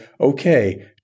okay